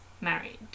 married